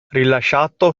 rilasciato